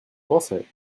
pensais